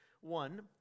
One